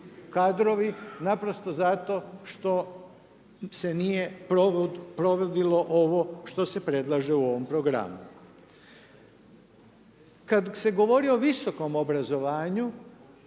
kadrovi naprosto zato što se nije provodilo što se predlaže u ovom programu. Kada se govori o visokom obrazovanju,